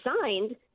signed